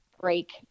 break